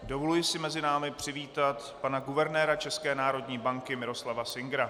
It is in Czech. Dovoluji si mezi námi přivítat pana guvernéra České národní banky Miroslava Singera.